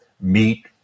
meet